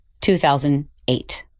2008